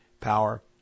power